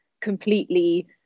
completely